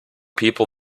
people